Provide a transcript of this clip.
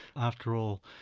after all,